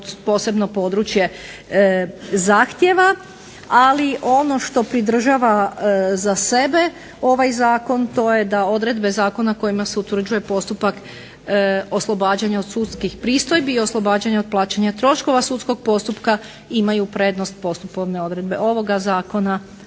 posebno područje zahtjeva. Ali, ono što pridržava za sebe ovaj zakon to je da odredbe zakona kojima se utvrđuje postupak oslobađanja od sudskih pristojbi i oslobađanja od plaćanja troškova sudskog postupka imaju prednost postupovne odredbe ovoga zakona,